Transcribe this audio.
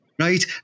Right